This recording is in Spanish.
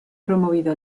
promovido